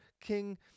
King